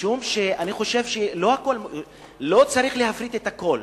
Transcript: משום שאני חושב שלא צריך להפריט את הכול,